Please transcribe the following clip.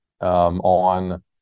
on